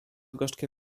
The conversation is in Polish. gorzkie